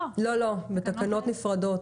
לא, בתקנות נפרדות.